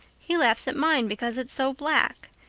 he laughs at mine because it's so black.